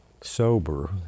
sober